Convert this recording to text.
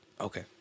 okay